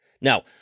Now